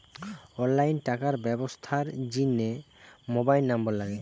online টাকার ব্যবস্থার জিনে মোবাইল নম্বর লাগে